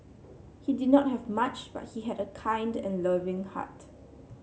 he did not have much but he had a kind and loving heart